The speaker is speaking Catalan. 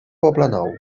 poblenou